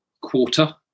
quarter